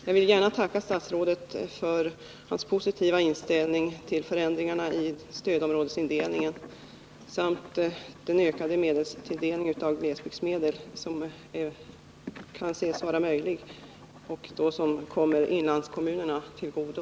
Jag vill gärna tacka statsrådet för hans positiva inställning till ändringarna av stödområdesindelningen och till en ökning av glesbygdsmedlen som då också kan komma inlandskommunerna till godo.